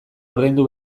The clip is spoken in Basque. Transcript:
ordaindu